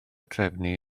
trefnu